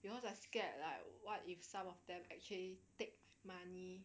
because I scared like what if some of them actually take money